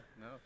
no